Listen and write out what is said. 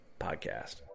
podcast